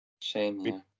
Shame